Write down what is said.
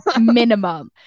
minimum